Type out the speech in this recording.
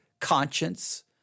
conscience